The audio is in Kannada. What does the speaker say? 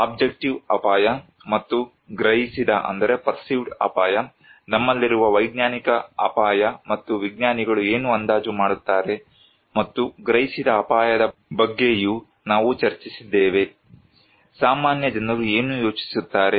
ಅಬ್ಜೆಕ್ಟಿವ್ ಅಪಾಯ ಮತ್ತು ಗ್ರಹಿಸಿದ ಅಪಾಯ ನಮ್ಮಲ್ಲಿರುವ ವೈಜ್ಞಾನಿಕ ಅಪಾಯ ಮತ್ತು ವಿಜ್ಞಾನಿಗಳು ಏನು ಅಂದಾಜು ಮಾಡುತ್ತಾರೆ ಮತ್ತು ಗ್ರಹಿಸಿದ ಅಪಾಯದ ಬಗ್ಗೆಯೂ ನಾವು ಚರ್ಚಿಸಿದ್ದೇವೆ ಸಾಮಾನ್ಯ ಜನರು ಏನು ಯೋಚಿಸುತ್ತಾರೆ